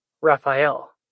Raphael